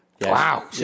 Wow